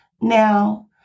Now